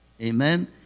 Amen